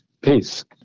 peace